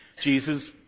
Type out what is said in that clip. Jesus